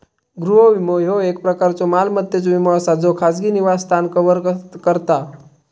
गृह विमो, ह्यो एक प्रकारचो मालमत्तेचो विमो असा ज्यो खाजगी निवासस्थान कव्हर करता